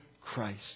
Christ